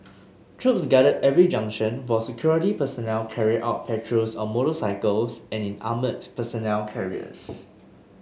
troops guarded every junction while security personnel carried out patrols on motorcycles and in armoured personnel carriers